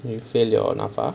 you fail your NAFA